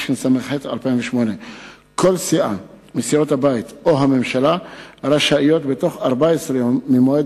התשס"ח 2008. כל סיעה מסיעות הבית או הממשלה רשאיות בתוך 14 יום ממועד